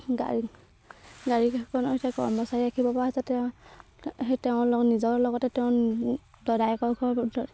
গাড়ী গাড়ীখনত কৰ্মচাৰী ৰাখিব পৰা হৈছে তেওঁ লগত নিজৰ লগতে তেওঁৰ দদায়েকৰ ঘৰ